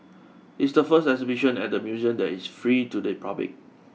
it's the first exhibition at the museum that is free to the public